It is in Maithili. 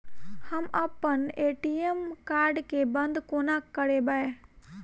हम अप्पन ए.टी.एम कार्ड केँ बंद कोना करेबै?